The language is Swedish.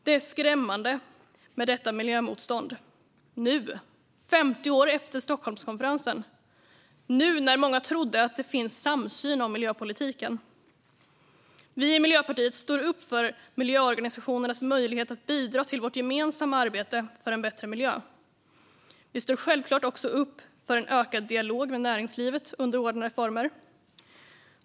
Det är skrämmande med detta miljömotstånd nu 50 år efter Stockholmskonferensen och när många trodde att det fanns samsyn om miljöpolitiken. Vi i Miljöpartiet står upp för miljöorganisationernas möjlighet att bidra till vårt gemensamma arbete för en bättre miljö. Vi står självklart också upp för en ökad dialog med näringslivet under ordnade former.